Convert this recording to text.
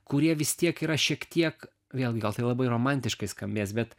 kurie vis tiek yra šiek tiek vėlgi gal tai labai romantiškai skambės bet